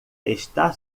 está